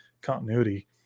continuity